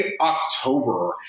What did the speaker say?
October